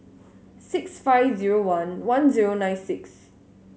six five zero one one zero nine six